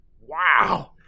Wow